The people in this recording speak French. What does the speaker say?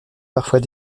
parfois